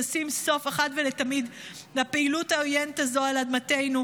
תשים סוף אחת ולתמיד לפעילות העוינת הזו על אדמתנו.